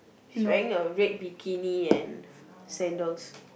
she's wearing a red bikini and sandals